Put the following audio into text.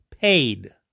paid